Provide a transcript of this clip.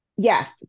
Yes